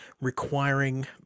requiring